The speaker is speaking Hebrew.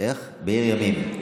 בעיר ימים.